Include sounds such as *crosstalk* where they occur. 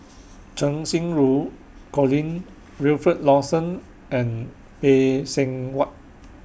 *noise* Cheng Xinru Colin Wilfed Lawson and Phay Seng Whatt